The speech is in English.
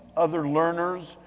other learners,